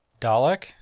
Dalek